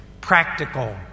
practical